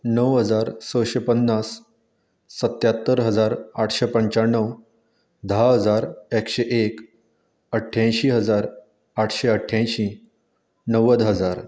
णव हजार सशे पन्नास सत्यात्तर हजार आठशें पंच्याण्णव धा हजार एकशें एक अठ्यांशी हजार आठशें अठ्यांशी णव्वद हजार